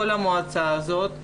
כל המועצה הזאת,